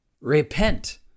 repent